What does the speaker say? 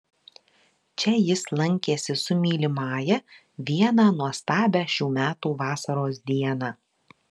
čia jis lankėsi su mylimąja vieną nuostabią šių metų vasaros dieną